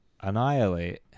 annihilate